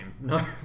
No